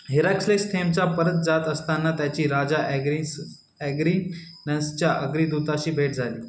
Heracles थेमच्या परत जात असताना त्याची राजा ॲग्रीस ॲग्रीनसच्या अग्रदुताशी भेट झाली